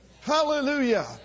Hallelujah